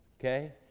Okay